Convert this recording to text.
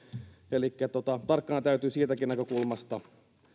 elikkä tarkkana täytyy siitäkin näkökulmasta